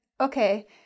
Okay